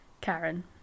Karen